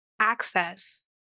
access